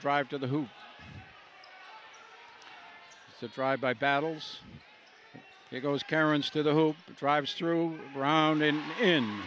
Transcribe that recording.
drive to the who to drive by battles he goes parents to the who drives through round in in